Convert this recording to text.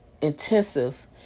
intensive